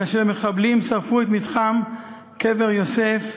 כאשר מחבלים שרפו את מתחם קבר יוסף.